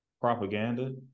Propaganda